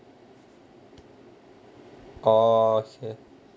oh okay